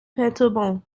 perturbant